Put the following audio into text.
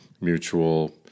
mutual